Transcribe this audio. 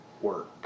work